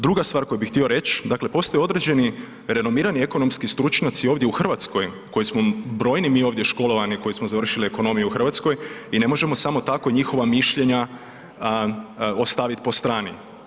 Druga stvar koju bih htio reći, dakle postoje određeni renomirani ekonomski stručnjaci ovdje u Hrvatskoj koji smo brojni mi ovdje školovani koji smo završili ekonomiju u Hrvatskoj i ne možemo samo tako njihova mišljenja ostaviti po strani.